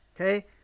Okay